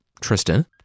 Tristan